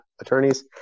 attorneys